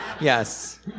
Yes